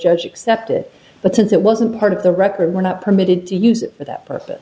judge accepted but since it wasn't part of the record we're not permitted to use it for that purpose